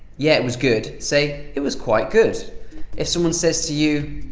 yeah it was good, say it was quite good if someone says to you,